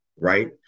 right